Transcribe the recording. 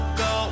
go